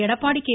Edappadi K